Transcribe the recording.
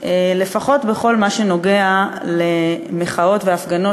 לפחות בכל מה שקשור למחאות ולהפגנות